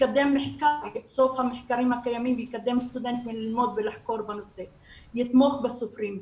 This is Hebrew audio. יקדם מחקר ויקדם סטודנטים ללמוד ולחקור בנושא ויתמוך בסופרים.